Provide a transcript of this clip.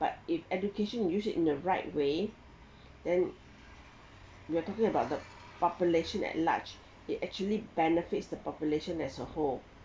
but if education use it in a right way then you are talking about the population at large it actually benefits the population as a whole